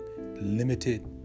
limited